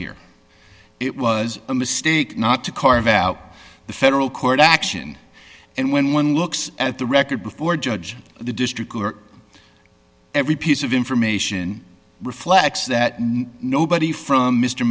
here it was a mistake not to carve out the federal court action and when one looks at the record before judge the district court every piece of information reflects that nobody from m